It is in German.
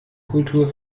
kultur